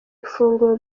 ifunguro